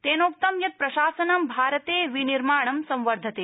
तेनोक्त यत् प्रशासनं भारते विनिर्माण संवर्धते